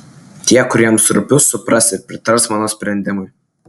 tie kuriems rūpiu supras ir pritars mano sprendimui